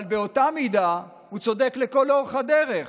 אבל באותה מידה, הוא צודק לכל אורך הדרך.